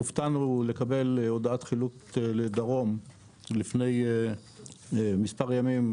הופתענו לקבל הודעת חילוט לדרום לפני מספר ימים,